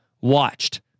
watched